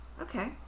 Okay